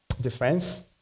defense